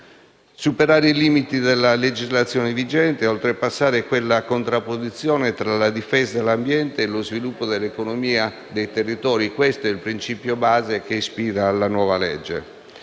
Superare i limiti della legislazione vigente ed oltrepassare quella contrapposizione tra la difesa dell'ambiente e lo sviluppo dell'economia dei territori: questo è il principio base che ispira la nuova legge.